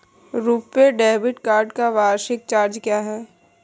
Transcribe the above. RuPay debit card का वार्षिक charge क्या है?